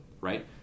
right